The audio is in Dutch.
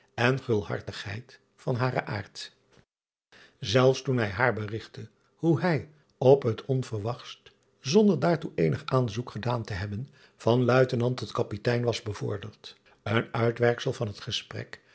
en gulhartigheid van haren aard elfs toen hij haar berigtte hoe hij op het onverwachtst zonder daartoe eenig aanzoek gedaan te hebben van uitenant tot apitein was bevorderd een uitwerksel van het gesprek